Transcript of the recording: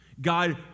God